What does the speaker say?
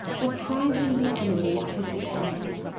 apprising the enemy of his attempt.